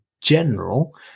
general